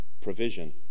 provision